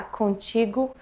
contigo